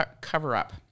cover-up